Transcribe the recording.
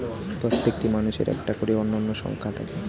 প্রত্যেকটি মানুষের একটা করে অনন্য সংখ্যা থাকে